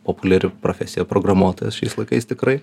populiari profesija programuotojas šiais laikais tikrai